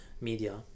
media